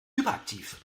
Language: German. hyperaktiv